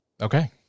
okay